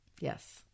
Yes